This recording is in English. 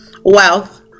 Wealth